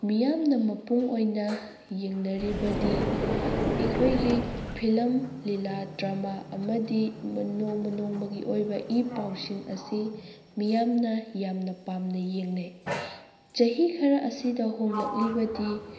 ꯃꯤꯌꯥꯝꯅ ꯃꯄꯨꯡ ꯑꯣꯏꯅ ꯌꯦꯡꯅꯔꯤꯕꯗꯤ ꯑꯩꯈꯣꯏꯒꯤ ꯐꯤꯂꯝ ꯂꯤꯂꯥ ꯗ꯭ꯔꯃꯥ ꯑꯃꯗꯤ ꯅꯣꯡꯃ ꯅꯣꯡꯃꯒꯤ ꯑꯣꯏꯕ ꯏ ꯄꯥꯎꯁꯤꯡ ꯑꯁꯤ ꯃꯤꯌꯥꯝꯅ ꯌꯥꯝꯅ ꯄꯥꯝꯅ ꯌꯦꯡꯅꯩ ꯆꯍꯤ ꯈꯔ ꯑꯁꯤꯗ ꯍꯣꯡꯂꯛꯂꯤꯕꯗꯤ